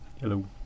Hello